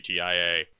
GTIA